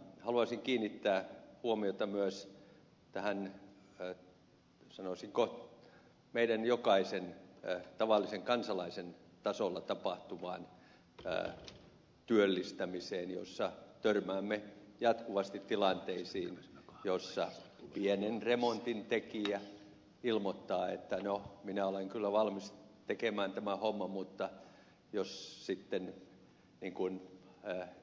mutta haluaisin kiinnittää huomiota myös tähän sanoisinko meidän jokaisen tavallisen kansalaisen tasolla tapahtuvaan työllistämiseen jossa törmäämme jatkuvasti tilanteisiin joissa pienen remontin tekijä ilmoittaa että no minä olen kyllä valmis tekemään tämän homman mutta jos sitten